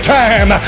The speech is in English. time